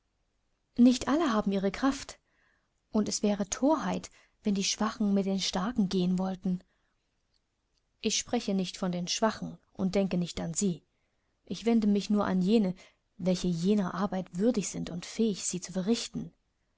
nicht alle haben ihre kraft und es wäre thorheit wenn die schwachen mit den starken gehen wollten ich spreche nicht von den schwachen und denke nicht an sie ich wende mich nur an jene welche jener arbeit würdig sind und fähig sie zu verrichten